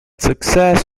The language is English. success